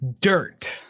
Dirt